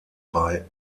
bei